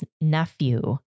nephew